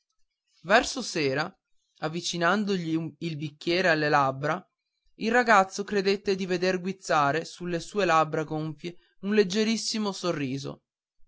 verso sera avvicinandogli il bicchiere alle labbra il ragazzo credette di veder guizzare sulle sue labbra gonfie un leggerissimo sorriso